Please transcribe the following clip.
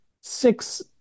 six